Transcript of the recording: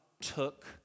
took